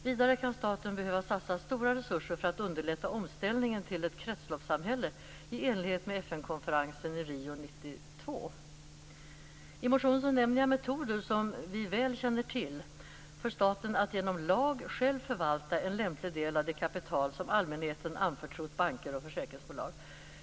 Vidare kan staten behöva satsa stora resurser för att underlätta omställningen till ett kretsloppssamhälle, i enlighet med FN-konferensen i Rio 1992. I motionen nämner jag metoder, vilka vi väl känner till, för staten att genom lag själv förvalta en lämplig del av det kapital som allmänheten anförtrott banker och försäkringsbolag.